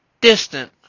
distant